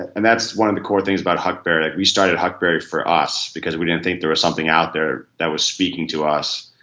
and that's one of the core things about huckberry like we started huckberry for us, because we didn't think there was something out there that was speaking to us.